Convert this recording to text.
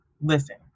listen